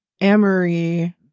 Amory